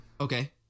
Okay